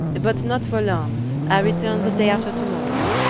but not for long i return the day after tomorrow.